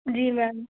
जी ma'am